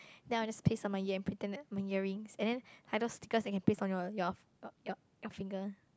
then I will just paste on my ear and pretend that my earrings and then I have those stickers that can like paste on your your your your finger